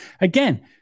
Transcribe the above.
Again